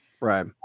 Right